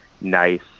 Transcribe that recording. nice